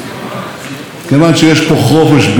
כיוון שיש פה חופש ביטוי מלא,